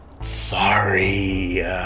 sorry